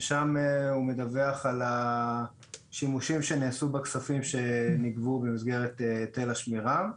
שם הוא מדווח על השימושים שנעשו בכספים שניגבו במסגרת היטל השמירה.